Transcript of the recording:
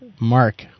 Mark